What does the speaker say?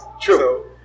true